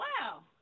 wow